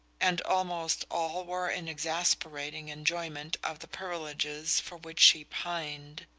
and almost all were in exasperating enjoyment of the privileges for which she pined.